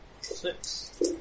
Six